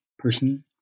person